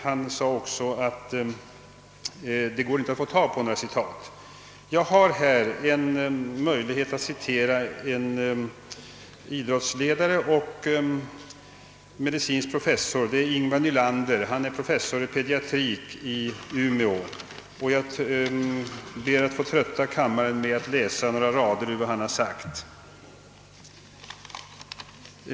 Han sade vidare att det inte går att få tag på några citat som går i annan riktning. Jag vill därför citera en idrottsledare och medicinsk professor, nämligen Ingvar Nylander. Han är professor i pediatrik i Umeå. Jag ber att få trötta kammaren med att läsa några rader av vad han uttalat.